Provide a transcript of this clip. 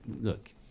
look